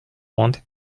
wanted